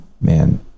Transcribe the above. man